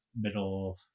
middle